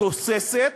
תוססת,